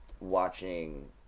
watching